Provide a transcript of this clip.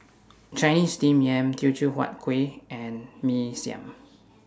Chinese Steamed Yam Teochew Huat Kuih and Mee Siam